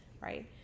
right